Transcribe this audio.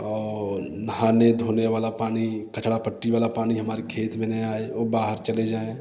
और नहाने धोने वाला पानी कचड़ा पट्टी वाला पानी हमारे खेत में ना आए वो बाहर चले जाएँ